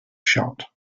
shot